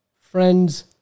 friends